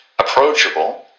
approachable